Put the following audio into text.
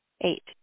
Eight